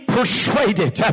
persuaded